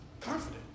confident